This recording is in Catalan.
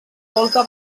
volta